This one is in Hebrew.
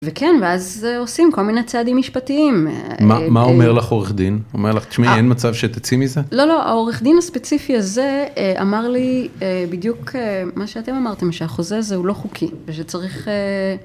וכן, ואז עושים כל מיני צעדים משפטיים. מה אומר לך עורך דין? אומר לך, תשמעי, אין מצב שתצאי מזה? לא, לא, העורך דין הספציפי הזה אמר לי בדיוק מה שאתם אמרתם, שהחוזה הזה הוא לא חוקי ושצריך...